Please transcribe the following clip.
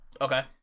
okay